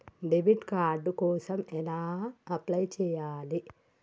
Debit card కోసం ఎలా apply చేయాలి?